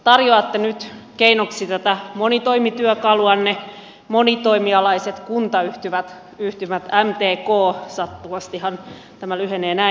tarjoatte nyt keinoksi tätä monitoimityökaluanne monitoimialaisia kuntayhtymiä mtk sattuvastihan tämä lyhenee näin